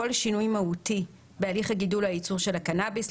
או הייצורעל כל שינוי מהותי בהליך הגידול או הייצור של הקנאביס,